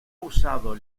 usado